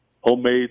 homemade